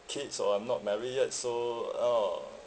kids or I'm not married yet so a'ah